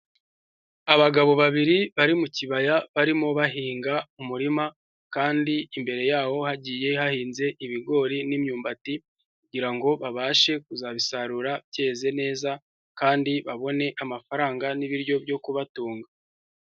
Abagabo babiri bari mu kibaya barimo bahinga umurima kandi imbere yaho hagiye hahinze ibigori n'imyumbati kugira ngo babashe kuzabisarura byeze neza kandi babone amafaranga n'ibiryo byo kubatunga.